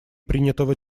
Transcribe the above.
принятого